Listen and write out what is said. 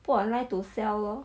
put online to sell lor